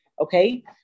okay